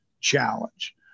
challenge